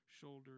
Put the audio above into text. shoulder